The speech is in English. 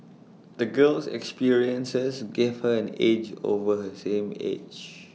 the girl's experiences gave her an edge over her same age